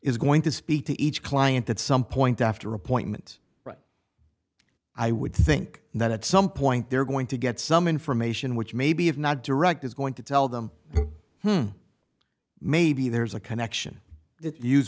is going to speak to each client at some point after a point i would think that at some point they're going to get some information which maybe is not direct is going to tell them maybe there's a connection that use